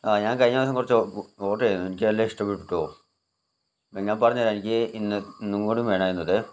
ഞാൻ കഴിഞ്ഞ ദിവസം കുറച്ച് ഓർഡർ ചെയ്തിരുന്നു എനിക്ക് നല്ല ഇഷ്ടപ്പെട്ടു അത് ഞാൻ പറഞ്ഞ് തരാം എനിക്ക് ഇന്ന് ഇന്നും കൂടിയും വേണമായിരുന്നു ഇത്